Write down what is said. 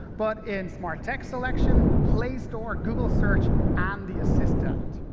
but in smart text selection, the play store, google search, and the assistant.